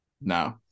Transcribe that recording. no